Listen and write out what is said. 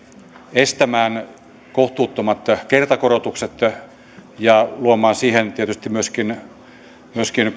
estämään kohtuuttomat kertakorotukset ja luomaan siihen tietysti myöskin myöskin